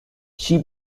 she